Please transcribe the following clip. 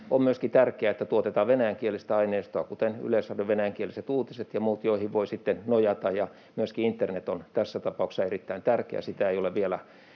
On myöskin tärkeää, että tuotetaan venäjänkielistä aineistoa, kuten Yleisradion venäjänkieliset uutiset ja muut, joihin voi sitten nojata. Ja myöskin internet on tässä tapauksessa erittäin tärkeä, sitä ei ole